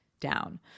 down